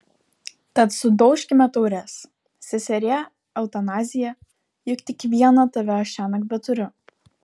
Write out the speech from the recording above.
tad sudaužkime taures seserie eutanazija juk tik vieną tave aš šiąnakt beturiu